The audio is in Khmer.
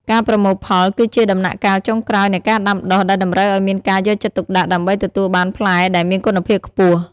ការប្រមូលផលគឺជាដំណាក់កាលចុងក្រោយនៃការដាំដុះ ដែលតម្រូវឲ្យមានការយកចិត្តទុកដាក់ដើម្បីទទួលបានផ្លែដែលមានគុណភាពខ្ពស់។